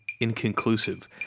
inconclusive